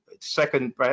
second